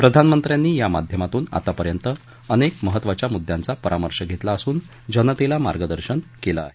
प्रधानमंत्र्यांनी या माध्यमातून आतापर्यंत अनेक महत्त्वाच्या मुद्यांचा परामर्श घेतला असून जनतेला मार्गदर्शन केलं आहे